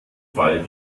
fall